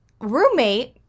roommate